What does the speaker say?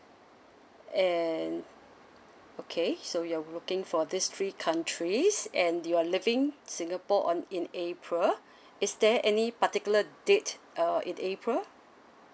and okay so you are booking for these three countries and you are leaving singapore on in april is there any particular date uh in april